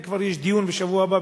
ויש דיון בשבוע הבא,